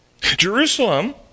Jerusalem